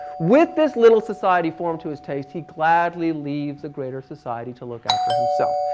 with this little society formed to his taste, he gladly leaves a greater society to look after himself.